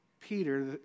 Peter